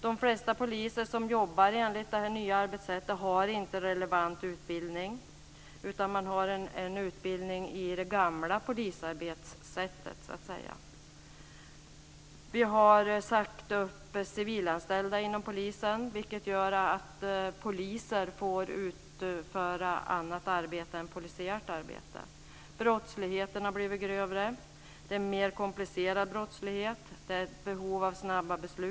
De flesta poliser som arbetar enligt det nya arbetssättet har inte relevant utbildning utan en utbildning i det "gamla" arbetssättet för polisen. Civilanställda inom polisen har sagts upp, vilket innebär att poliser får utföra annat arbete än det polisiära. Brottsligheten har blivit grövre. Den är mer komplicerad och kräver snabba beslut.